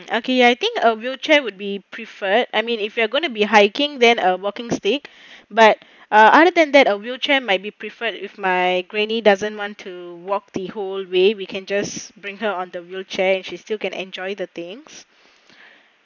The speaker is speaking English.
okay I think a wheelchair would be preferred I mean if you are going to be hiking then a walking stick but uh other than that a wheelchair might be preferred with my grainy doesn't want to walk the whole way we can just bring her on the wheelchair and she's still can enjoy the things